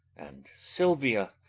and silvia